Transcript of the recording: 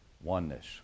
oneness